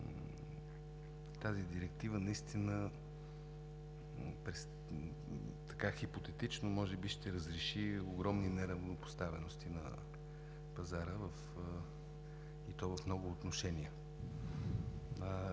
тази директива, хипотетично, може би ще разреши огромни неравнопоставености на пазара, и то в много отношения.